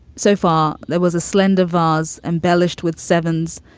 so far there was a slender vase embellished with sevens,